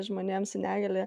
žmonėms su negalia